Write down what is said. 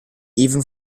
even